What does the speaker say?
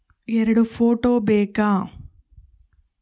ಎರಡು ಫೋಟೋ ಬೇಕಾ?